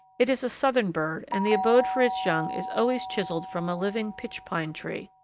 it is a southern bird, and the abode for its young is always chiselled from a living pitch-pine tree.